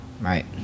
right